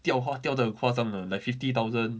吊花吊到很夸张的 like fifty thousand